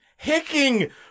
hicking